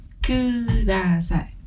kudasai